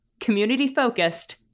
Community-focused